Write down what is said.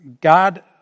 God